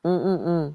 mm mm mm